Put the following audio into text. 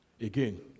Again